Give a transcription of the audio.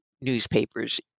newspapers